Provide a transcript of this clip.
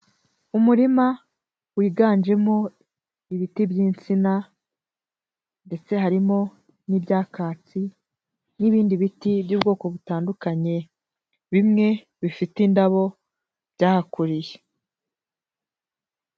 Umurima wiganjemo ibiti by'insina, ndetse harimo n'ibyakatsi n'ibindi biti by'ubwoko butandukanye, bimwe bifite indabo byahakuriye.